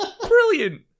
Brilliant